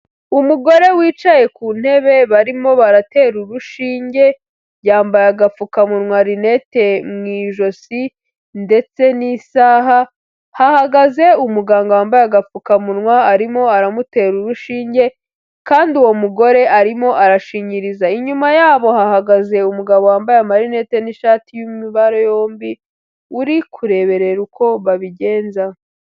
Umugore wicaye ku ntebe barimo baratera urushinge, yambaye agapfukamunwa, rinete mu ijosi, ndetse n'isaha, hahagaze umuganga wambaye agapfukamunwa arimo aramutera urushinge, kandi uwo mugore arimo arashinyiriza, inyuma yabo hahagaze umugabo wambaye amarinete n'ishati y'amabara yombi uri kureberera uko babigenza.